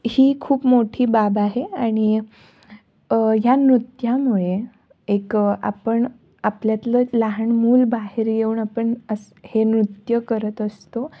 ही खूप मोठी बाब आहे आणि ह्या नृत्यामुळे एक आपण आपल्यातलं लहान मुल बाहेर येऊन आपण असं हे नृत्य करत असतो